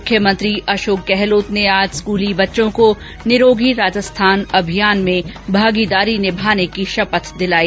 मुख्यमंत्री अशोक गहलोत ने आज स्कूली बच्चों को निरोगी राजस्थान अभियान में भागीदारी निभाने की शपथ दिलाई